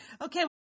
Okay